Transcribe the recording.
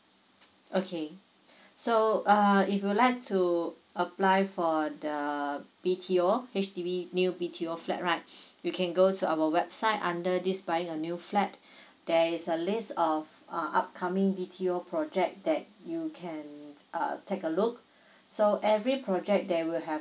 okay so err if you like to apply for the B_T_O H_D_B new B_T_O flat right you can go to our website under this buying a new flat there is a list of uh upcoming B_T_O project that you can uh take a look so every project there will have